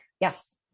yes